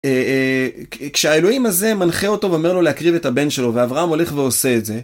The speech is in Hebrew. כשהאלוהים הזה מנחה אותו ואומר לו להקריב את הבן שלו ואברהם הולך ועושה את זה.